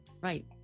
right